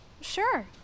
Sure